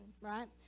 right